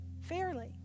fairly